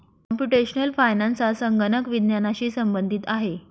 computational finance हा संगणक विज्ञानाशी संबंधित आहे